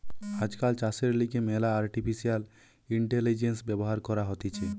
আজকাল চাষের লিগে ম্যালা আর্টিফিশিয়াল ইন্টেলিজেন্স ব্যবহার করা হতিছে